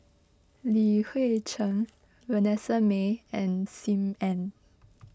Li Hui Cheng Vanessa Mae and Sim Ann